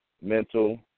mental